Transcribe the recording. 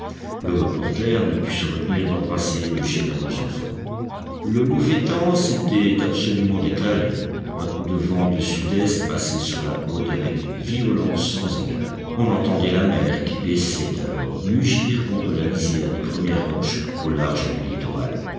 le reporter ne put se retenir d'embrasser le généreux enfant le mauvais temps s'était absolument déclaré un coup de vent de sud-est passait sur la côte avec une violence sans égale on entendait la mer qui baissait alors mugir contre la lisière des premières roches au large du littoral